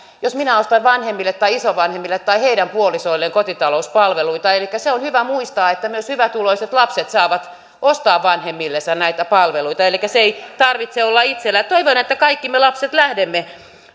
jos minä ostan vanhemmille tai isovanhemmille tai heidän puolisoilleen kotitalouspalveluita se on hyvä muistaa että myös hyvätuloiset lapset saavat ostaa vanhemmillensa näitä palveluita elikkä sen ei tarvitse olla itselle toivon että kaikki me lapset lähdemme